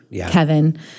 Kevin